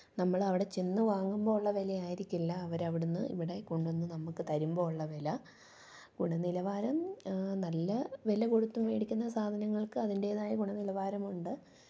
നമ്മളവിടെ ചെന്ന് വാങ്ങുമ്പോഴുള്ള വിലയായിരിക്കില്ല അവരവിടെനിന്ന് ഇവിടെ കൊണ്ടുവന്ന് നമ്മള്ക്കു തരുമ്പോഴുള്ള വില ഗുണനിലവാരം നല്ല വില കൊടുത്തു മേടിക്കുന്ന സാധനങ്ങൾക്ക് അതിൻ്റെതായ ഗുണനിലവാരമുണ്ട്